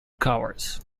covers